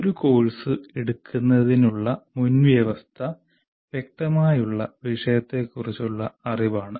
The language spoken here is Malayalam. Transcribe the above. ഒരു കോഴ്സ് എടുക്കുന്നതിനുള്ള മുൻവ്യവസ്ഥ വ്യക്തമായുള്ള വിഷയത്തെക്കുറിച്ചുള്ള അറിവാണ്